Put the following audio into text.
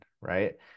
right